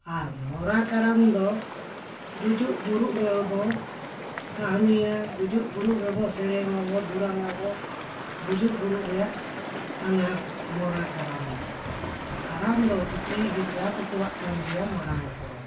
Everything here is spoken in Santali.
ᱟᱨ ᱢᱚᱨᱟ ᱠᱟᱨᱟᱢ ᱫᱚ ᱜᱩᱡᱩᱜ ᱵᱩᱨᱩᱜ ᱨᱮᱵᱚᱱ ᱠᱟᱹᱦᱱᱤᱭᱟ ᱜᱩᱡᱩᱜ ᱵᱩᱨᱩᱜ ᱨᱮᱵᱚᱱ ᱥᱮᱨᱮᱧ ᱟᱵᱚᱱ ᱫᱩᱨᱟᱹᱝ ᱟᱵᱚᱱ ᱜᱩᱡᱩᱜ ᱵᱩᱨᱩᱜ ᱨᱮᱱᱟᱜ ᱠᱟᱱᱟ ᱢᱚᱨᱟ ᱠᱟᱨᱟᱢ ᱫᱚ ᱛᱚ ᱠᱟᱨᱟᱢ ᱫᱚ ᱵᱤᱴᱤ ᱜᱤᱫᱽᱨᱟᱹ ᱛᱟᱠᱚᱣᱟᱜ ᱠᱟᱱ ᱜᱮᱭᱟ ᱢᱟᱨᱟᱝ ᱯᱚᱨᱚᱵᱽ